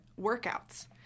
workouts